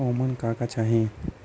ओमन का का चाही?